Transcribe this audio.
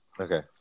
Okay